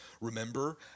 Remember